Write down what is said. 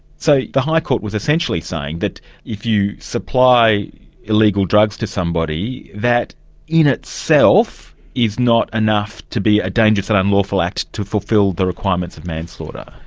so, the high court was essentially saying that if you supply illegal drugs to somebody, that in itself is not enough to be a dangerous and unlawful act to fulfil the requirements of manslaughter.